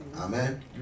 Amen